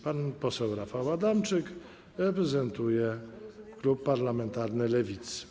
Pan poseł Rafał Adamczyk reprezentuje klub parlamentarny Lewicy.